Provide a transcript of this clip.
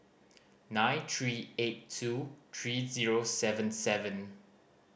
nine three eight two three zero seven seven